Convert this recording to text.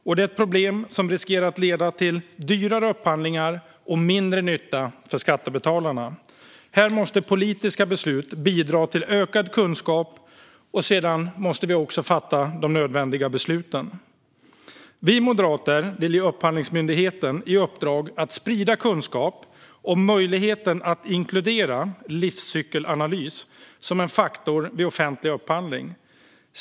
Det är ett problem som riskerar att leda till dyrare upphandlingar och mindre nytta för skattebetalarna. Här måste politiska beslut bidra till ökad kunskap, och sedan måste vi fatta nödvändiga beslut. Vi moderater vill ge Upphandlingsmyndigheten i uppdrag att sprida kunskap om möjligheten att inkludera livscykelanalys som en faktor vid offentlig upphandling.